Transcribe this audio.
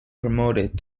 promoted